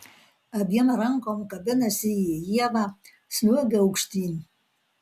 abiem rankom kabinasi į ievą sliuogia aukštyn